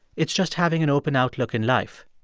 it's just having an open outlook in life.